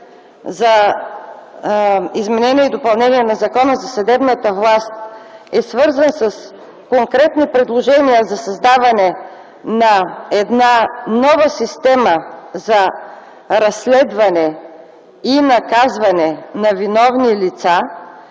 за изменение и допълнение на Закона за съдебната власт е свързан с конкретни предложения за създаване на една нова система за разследване и наказване на виновни лица,